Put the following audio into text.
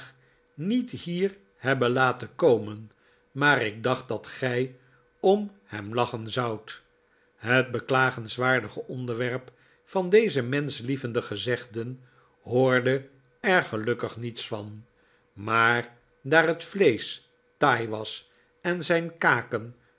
niet hier hebben iaten komen maar ik dacht dat gij om hem lachen zoudt het beklagenswaardigeonderwerp van deze menschlievende gezegden hoorde er gelukkig niets van maar daar het vleesch taai was en zijn kaken